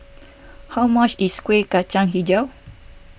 how much is Kueh Kacang HiJau